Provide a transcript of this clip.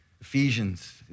Ephesians